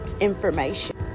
information